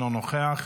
אינו נוכח.